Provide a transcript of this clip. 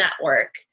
Network